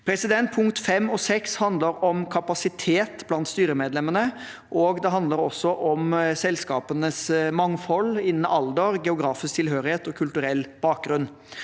Punktene fem og seks handler om kapasitet blant styremedlemmene, og det handler også om selskapenes mangfold innen alder, geografisk tilhørighet og kulturell bakgrunn.